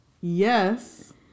yes